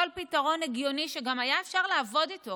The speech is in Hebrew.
כל פתרון הגיוני שגם אפשר היה לעבוד איתו.